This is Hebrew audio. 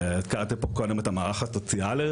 קראתי פה קודם את המערך הסוציאלי,